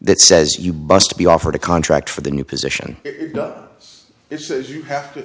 that says you must be offered a contract for the new position it does it says you have to